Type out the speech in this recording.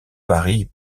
paris